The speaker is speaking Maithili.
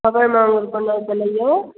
कबइ मांगुर कोना चलैए